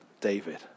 David